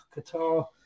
Qatar